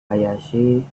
hayashi